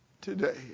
today